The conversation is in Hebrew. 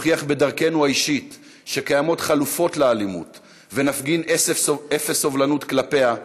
נוכיח בדרכנו האישית שקיימות חלופות לאלימות ונפגין אפס סובלנות כלפיה,